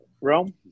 Rome